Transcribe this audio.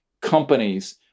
companies